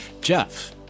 Jeff